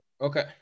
okay